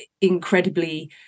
incredibly